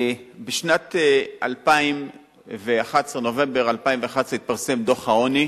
בשנת 2011, נובמבר 2011, התפרסם דוח העוני,